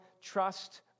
trust